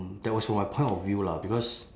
that was from my point of view lah because